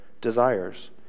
desires